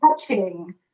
touching